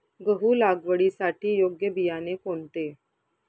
गहू लागवडीसाठी योग्य बियाणे कोणते?